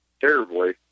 terribly